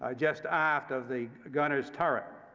ah just aft of the gunner's turret.